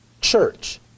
church